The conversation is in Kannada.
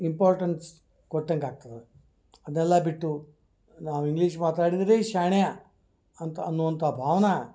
ಇಂಪಾರ್ಟೆನ್ಸ್ ಕೊಟ್ಟಂಗೆ ಆಗ್ತದೆ ಅದೆಲ್ಲ ಬಿಟ್ಟು ನಾವು ಇಂಗ್ಲೀಷ್ ಮಾತಾಡಿದರೆ ಶಾಣೆಯ ಅಂತ ಅನ್ನುವಂಥ ಭಾವ್ನೆ